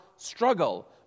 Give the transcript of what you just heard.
struggle